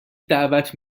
دعوت